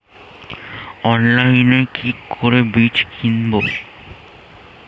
অনলাইনে কি করে বীজ কিনব?